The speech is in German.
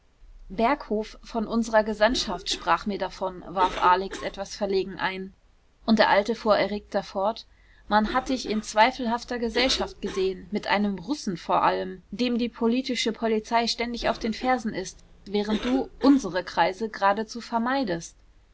berghof von unserer gesandtschaft sprach mir davon warf alex etwas verlegen ein und der alte fuhr erregter fort man hat dich in zweifelhafter gesellschaft gesehen mit einem russen vor allem dem die politische polizei ständig auf den fersen ist während du unsere kreise geradezu vermeidest